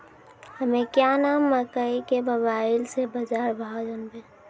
हमें क्या नाम मकई के मोबाइल से बाजार भाव जनवे?